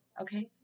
Okay